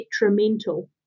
detrimental